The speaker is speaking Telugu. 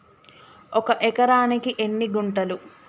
ఒక ఎకరానికి ఎన్ని గుంటలు?